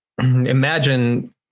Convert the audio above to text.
imagine